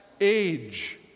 age